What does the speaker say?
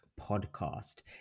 podcast